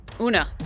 Una